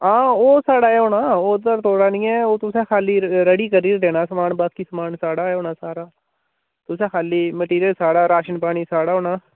हां ओह् साढ़ा ऐ होना ओह्दा थुआढ़ा नी ऐ ओह् तुसें खा'ल्ली रेडी करियै देना समान बाकी समान साढ़ा गै होना सारा तुसें खा'ल्ली मैटेरियल साढ़ा राशन पानी साढ़ा होना